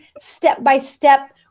step-by-step